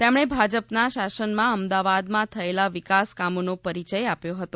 તેમણે ભાજપના શાસનમાં અમદાવાદમાં થયેલા વિકાસકામોનો પરિચય આપ્યો હતો